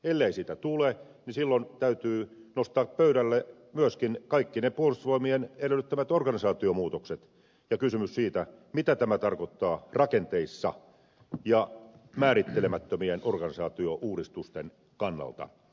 ellei sitä tule silloin täytyy nostaa pöydälle myöskin kaikki ne puolustusvoimien edellyttämät organisaatiomuutokset ja kysymys siitä mitä tämä tarkoittaa rakenteissa ja määrittelemättömien organisaatiouudistusten kannalta